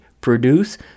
produce